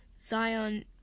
Zion